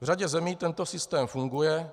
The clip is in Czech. V řadě zemí tento systém funguje.